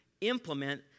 implement